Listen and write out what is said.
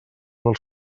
dels